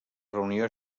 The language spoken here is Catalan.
reunió